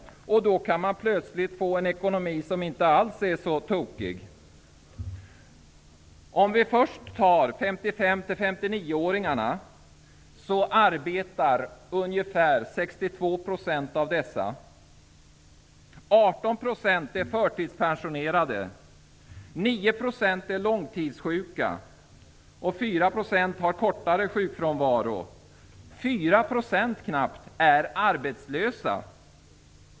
Då kan vi plötsligt få en ekonomi som inte alls är så tokig. Av 55--59 åringarna är det ungefär 62 % som arbetar. 18 % är förtidspensionerade, 9 % är långtidssjuka och 4 % har kortare sjukfrånvaro. Knappt 4 % är arbetslösa.